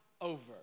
Over